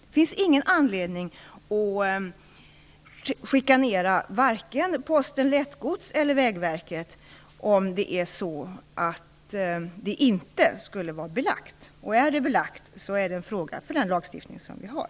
Det finns ingen anledning att chikanera vare sig Posten Lättgods eller Vägverket, om det inte finns belägg för anklagelserna. Men om det gör det, är det en fråga som omfattas av den lagstiftning som vi har.